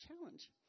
challenge